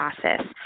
process